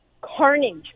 carnage